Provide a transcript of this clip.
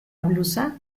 blusa